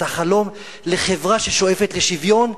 את החלום לחברה ששואפת לשוויון.